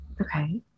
Okay